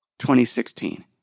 2016